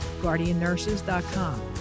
guardiannurses.com